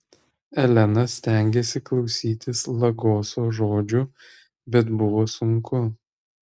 elena stengėsi klausytis lagoso žodžių bet buvo sunku